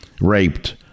raped